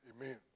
Amen